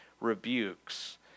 rebukes